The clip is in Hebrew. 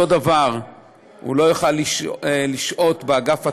הוא גם לא יוכל לשהות באגף התורני.